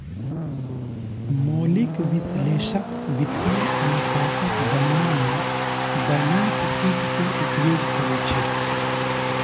मौलिक विश्लेषक वित्तीय अनुपातक गणना लेल बैलेंस शीट के उपयोग करै छै